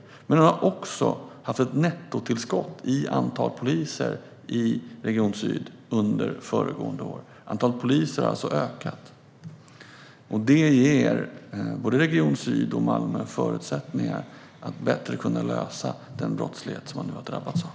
Och Polisregion Syd hade under föregående år ett nettotillskott i antalet poliser. Antalet poliser har alltså ökat. Det ger både Polisregion Syd och Malmö förutsättningar att på ett bättre sätt kunna lösa den brottslighet som man nu har drabbats av.